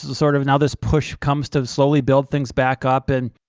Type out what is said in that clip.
sort of, now this push comes to slowly build things back up, and.